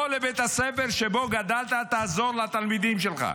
בוא לבית הספר שבו גדלת, תעזור לתלמידים שלך,